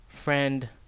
friend